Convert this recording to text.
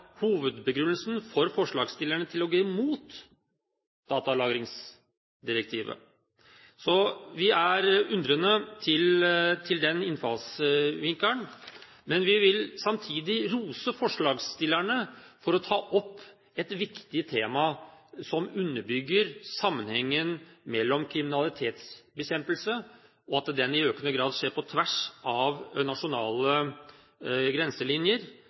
hovedbegrunnelsen for forslagsstillerne til å gå imot datalagringsdirektivet. Så vi er undrende til den innfallsvinkelen, men vi vil samtidig rose forslagsstillerne for å ta opp et viktig tema som underbygger sammenhengen mellom kriminalitetsbekjempelse, og at den i økende grad skjer på tvers av nasjonale grenselinjer,